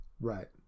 Right